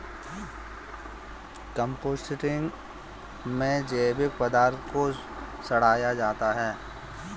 composting में जैविक पदार्थ को सड़ाया जाता है